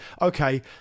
okay